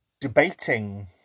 debating